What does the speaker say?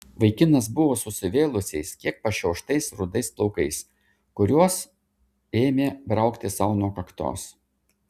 vaikinas buvo susivėlusiais kiek pašiauštais rudais plaukais kuriuos ėmė braukti sau nuo kaktos